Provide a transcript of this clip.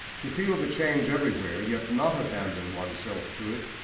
to feel the change everywhere, yet not abandon oneself to it,